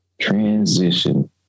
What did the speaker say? transition